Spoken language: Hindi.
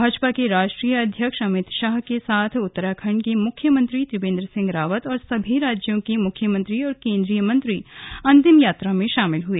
भाजपा के राष्ट्रीय अध्यक्ष अमित शाह के साथ उत्तराखण्ड के मुख्यमंत्री त्रिवेन्द्र सिंह रावत और सभी राज्यों के मुख्यमंत्री और केंद्रीय मंत्री अंतिम यात्रा में शामिल हुए